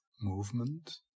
movement